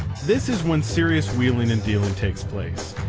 this is when serious wheeling and dealing takes place.